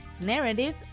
narrative